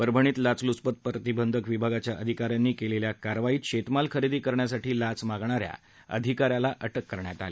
परभणीत लाचलुचपत प्रतिबंधक विभागाच्या अधिकाऱ्यांनी केलेल्या कारवाईत शेतमाल खरेदी करण्यासाठी लाच मागणाऱ्या परभणीतल्या अधिकाऱ्याला अटक केली